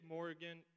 Morgan